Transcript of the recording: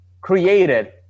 created